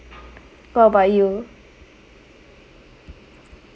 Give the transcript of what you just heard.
what about you